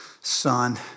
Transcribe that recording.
son